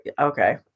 okay